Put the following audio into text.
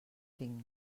tinc